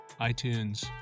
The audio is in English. iTunes